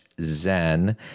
zen